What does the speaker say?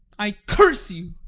i curse you!